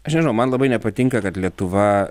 aš nežinau man labai nepatinka kad lietuva